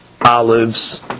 olives